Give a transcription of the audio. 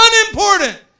unimportant